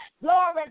Glory